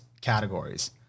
categories